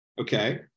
okay